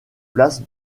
place